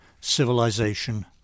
civilization